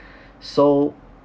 so